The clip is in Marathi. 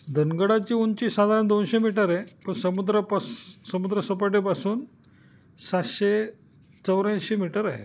धनगडाची उंची साधारण दोनशे मीटर आहे पण समुद्रपास समुद्रसपाटीपासून सातशे चौऱ्यांऐंशी मीटर आहे